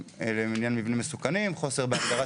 לעניין מבנים מסוכנים וחוסר בהגדרת